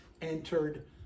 entered